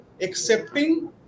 accepting